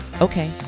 Okay